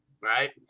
right